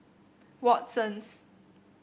Watsons